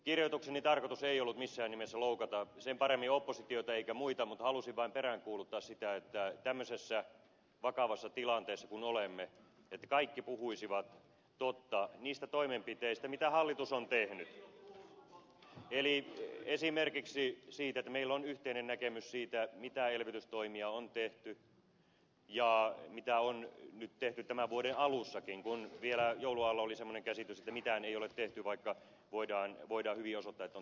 kirjoitukseni tarkoitus ei ollut missään nimessä loukata sen paremmin oppositiota kuin muita mutta halusin vain peräänkuuluttaa sitä että tämmöisessä vakavassa tilanteessa jossa olemme kaikki puhuisivat totta niistä toimenpiteistä mitä hallitus on tehnyt eli esimerkiksi siitä että meillä on yhteinen näkemys siitä mitä elvytystoimia on tehty ja mitä on nyt tehty tämän vuoden alussakin kun vielä joulun alla oli semmoinen käsitys että mitään ei ole tehty vaikka voidaan hyvin osoittaa että on tehty